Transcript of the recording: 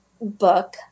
book